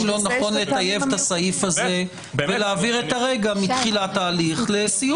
לא נכון לטייב את הסעיף הזה ולהעביר את הרגע מתחילת ההליך לסיום ההליך?